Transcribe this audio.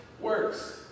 works